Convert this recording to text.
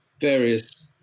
various